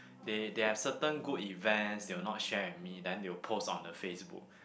they they have certain good events they will not share with me then they'll post on the facebook